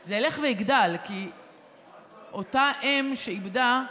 וזה ילך ויגדל, כי אותה אם שאיבדה,